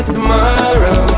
Tomorrow